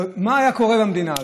מה היה קורה במדינה הזאת?